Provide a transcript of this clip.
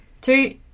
Two